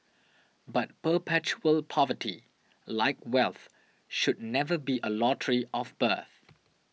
but perpetual poverty like wealth should never be a lottery of birth